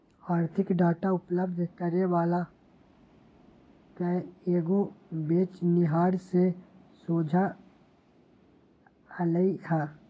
आर्थिक डाटा उपलब्ध करे वला कएगो बेचनिहार से सोझा अलई ह